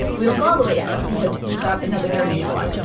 we don't go all the way yet because we've got another journey to go on.